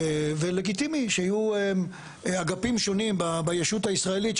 לגיטימי שיהיו אגפים שונים ביישות הישראלית,